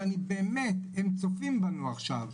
שהם צופים בנו עכשיו,